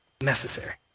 necessary